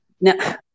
Now